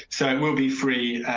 so it will be free.